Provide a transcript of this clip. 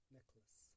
Necklace